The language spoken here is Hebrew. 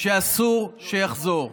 שאסור שיחזור.